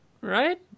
right